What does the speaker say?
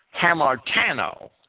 hamartano